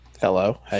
Hello